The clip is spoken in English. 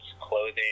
clothing